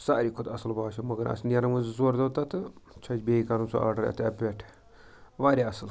ساروی کھۄتہٕ اَصٕل باسیو مگر اَسہِ نیرَن وۄنۍ زٕ ژور دۄہ تَتھٕ چھُ اَسہِ بیٚیہِ کَرُن سُہ آرڈَر یَتھ ایپ پٮ۪ٹھ واریاہ اَصٕل